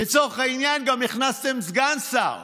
לצורך העניין גם הכנסתם סגן שר,